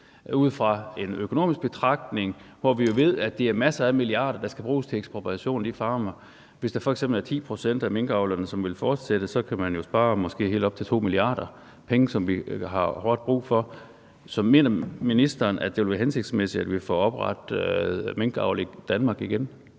ud fra en økonomisk betragtning. Vi ved jo, at det er mange milliarder, der skal bruges til ekspropriation. Hvis der f.eks. er 10 pct. af minkavlerne, som vil fortsætte, kan man jo spare måske helt op til 2 mia. kr. – penge, som vi har hårdt brug for. Så mener ministeren, at det vil være hensigtsmæssigt, at vi får oprettet minkavl i Danmark igen?